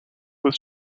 was